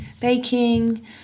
baking